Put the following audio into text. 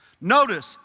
notice